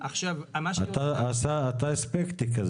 אתה סקפטי.